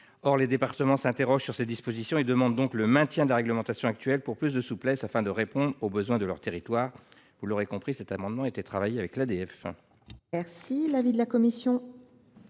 les départements s’interrogent sur ces dispositions et demandent le maintien de la réglementation actuelle, pour plus de souplesse dans la réponse aux besoins de leur territoire. Vous l’aurez compris, mes chers collègues, cet amendement a été travaillé avec